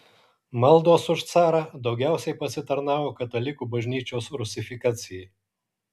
maldos už carą daugiausiai pasitarnavo katalikų bažnyčios rusifikacijai